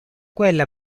quella